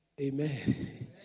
Amen